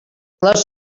les